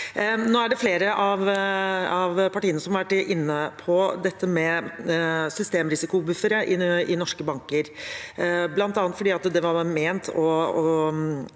er det. Flere av partiene har vært inne på dette med systemrisikobuffer i norske banker, bl.a. fordi det var meningen